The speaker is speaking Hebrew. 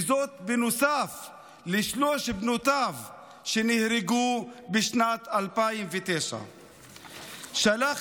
ובנוסף לשלוש בנותיו שנהרגו בשנת 2009. הוא שלח